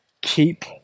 keep